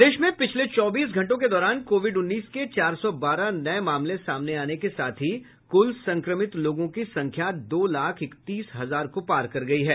प्रदेश में पिछले चौबीस घंटों के दौरान कोविड उन्नीस के चार सौ बारह नये मामले सामने आने के साथ ही कुल संक्रमित लोगों की संख्या दो लाख इकतीस हजार को पार कर गयी है